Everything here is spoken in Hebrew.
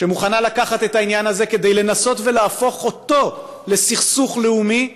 שמוכנה לקחת את העניין הזה כדי לנסות ולהפוך אותו לסכסוך לאומי,